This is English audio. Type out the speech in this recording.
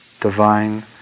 divine